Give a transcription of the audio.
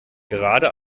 gerade